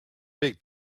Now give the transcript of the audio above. big